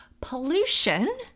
pollution